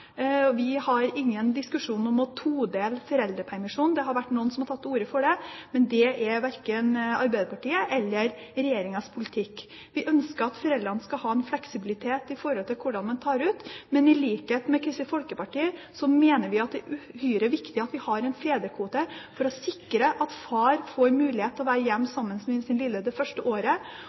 ønsker vi også å utvide fedrekvoten til 14 uker. Vi har ingen diskusjon om å todele foreldrepermisjonen. Noen har tatt til orde for det, men det er verken Arbeiderpartiets eller regjeringens politikk. Vi ønsker at foreldrene skal ha fleksibilitet i forhold til hvordan man tar ut foreldrepermisjon. I likhet med Kristelig Folkeparti mener vi at det er uhyre viktig at vi har en fedrekvote for å sikre at far får mulighet til å være hjemme sammen med sin lille det første året.